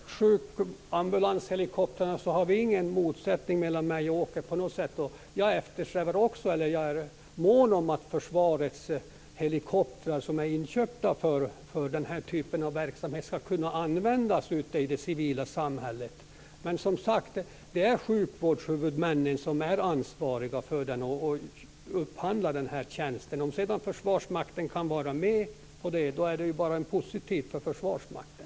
Herr talman! Vad gäller ambulanshelikoptrarna finns det ingen motsättning mellan mig och Åke Carnerö på något sätt. Jag är också mån om att försvarets helikoptrar, som är inköpta för den här typen av verksamhet, skall kunna användas ute i det civila samhället. Men det är som sagt sjukvårdshuvudmännen som är ansvariga och som upphandlar den här tjänsten. Om sedan Försvarsmakten kan vara med på det är det bara positivt för Försvarsmakten.